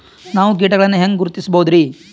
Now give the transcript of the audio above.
ನಾವು ಕೀಟಗಳನ್ನು ಹೆಂಗ ಗುರುತಿಸಬೋದರಿ?